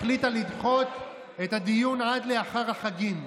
החליטה לדחות את הדיון עד לאחר החגים,